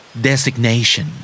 Designation